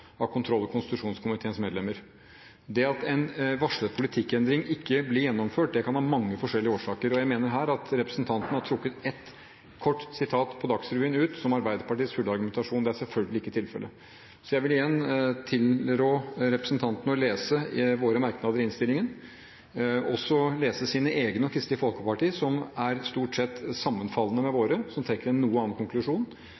av kontroll- og konstitusjonskomiteens medlemmer. Det at en varslet politikkendring ikke blir gjennomført, kan ha mange forskjellige årsaker, og jeg mener her at representanten har trukket ut ett kort sitat fra Dagsrevyen som Arbeiderpartiets fulle argumentasjon. Det er selvfølgelig ikke tilfellet. Så jeg vil igjen tilrå representanten å lese våre merknader i innstillingen, og også lese sine egne og Kristelig Folkepartis – som stort sett er sammenfallende med våre – der en trekker en noe annen konklusjon.